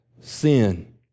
sin